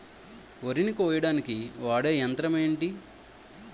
వరి ని కోయడానికి వాడే యంత్రం ఏంటి?